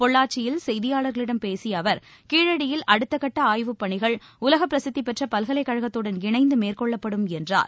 பொள்ளாச்சியில் செய்தியாளர்களிடம் பேசிய அவர் கீழடியில் அடுத்தகட்ட ஆய்வுப்பணிகள் உலகப் பிரசித்தி பெற்ற பல்கலைக்கழத்துடன் இணைந்து மேற்கொள்ளப்படும் என்றார்